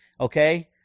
okay